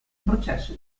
processo